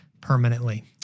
permanently